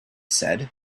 said